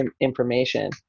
information